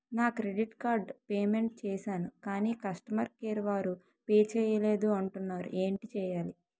నా credit card payment చేసాను కాని కస్టమర్ కేర్ వారు పే చేయలేదు అంటున్నారు ఏంటి చేయాలి?